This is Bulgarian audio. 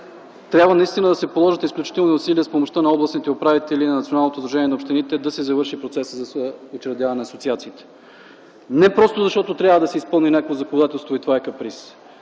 трябва наистина да се положат изключителни усилия, с помощта на областните управители и Националното сдружение на общините, да се завърши процесът за учредяване на асоциациите. Не, защото трябва да се изпълни някакво законодателство и това е каприз,